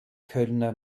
kölner